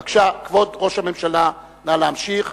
בבקשה, כבוד ראש הממשלה, נא להמשיך.